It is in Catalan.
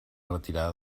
retirada